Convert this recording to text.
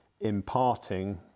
imparting